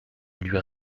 lui